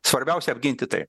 svarbiausia apginti tai